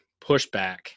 pushback